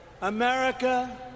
America